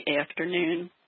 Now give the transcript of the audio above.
afternoon